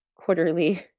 quarterly